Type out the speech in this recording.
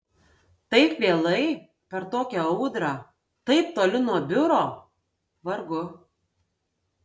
taip vėlai per tokią audrą taip toli nuo biuro vargu